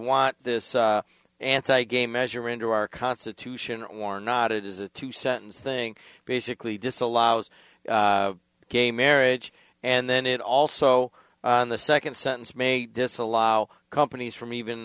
want this anti gay measure into our constitution or not it is a two sentence thing basically disallows gay marriage and then it also in the second sentence may disallow companies from even